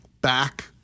back